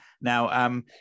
now